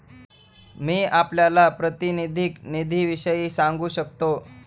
मी आपल्याला प्रातिनिधिक निधीविषयी सांगू शकतो